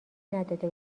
نداده